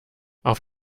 auf